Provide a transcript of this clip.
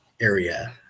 area